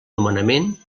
nomenament